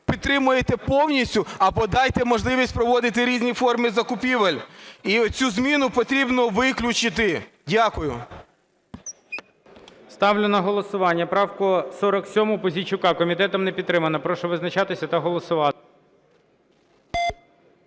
підтримуєте повністю, або дайте можливість проводити різні форми закупівель. І цю зміну потрібно виключити. Дякую. ГОЛОВУЮЧИЙ. Ставлю на голосування правку 47 Пузійчука. Комітетом не підтримана. Прошу визначатися та голосувати.